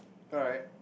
alright